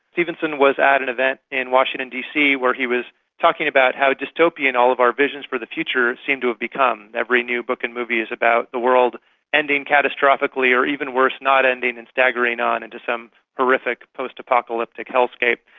stephenson was at an event in washington dc where he was talking about how dystopian all of our visions for the future seem to have become. every new book and movie is about the world ending catastrophically or, even worse, not ending and staggering on into some horrific post-apocalyptic hell-scape.